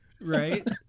Right